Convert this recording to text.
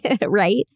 right